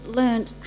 learned